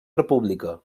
república